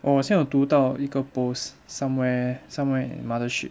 我好像有读到一个 post somewhere somewhere in mothership